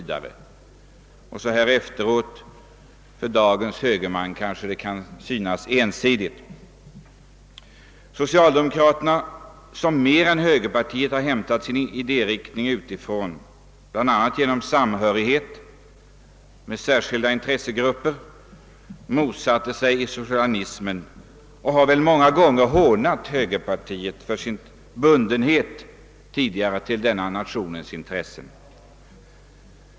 För dagens högerman kan detta så här efteråt kanske synas ensidigt. Socialdemokraterna, som mer än högerpartiet har hämtat sin idériktning utifrån, bl.a. genom samhörigheten med särskilda intressegrupper, har motsatt sig isolationism och har många gånger hånat högerpartiet för dess tidigare bundenhet till nationens intresse.